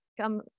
come